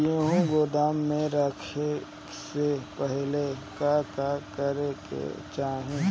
गेहु गोदाम मे रखे से पहिले का का करे के चाही?